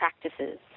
practices